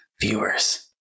viewers